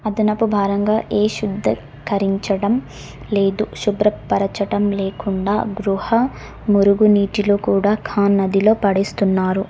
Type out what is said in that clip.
అదనపు భారంగా ఏ శుద్ధకరించడం లేదు శుభ్రపరచటం లేకుండా గృహ మురుగునీటిలో కూడా ఖాన్ నదిలో పడేస్తున్నారు